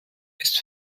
ist